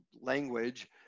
language